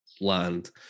land